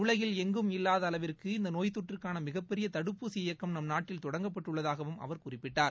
உலகில் எங்கும் இல்லாத அளவிற்கு இந்த நோய் தொற்றுக்கான மிகப்பெரிய தடுப்பூசி இயக்கம் நம் நாட்டில் தொடங்கப்பட்டுள்ளதாகவும் அவர் குறிப்பிட்டார்